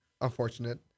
Unfortunate